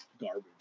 Garbage